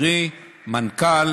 קרי מנכ"ל